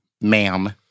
ma'am